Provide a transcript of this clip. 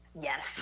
Yes